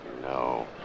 No